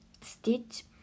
stitch